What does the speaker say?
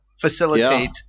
facilitate